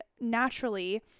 naturally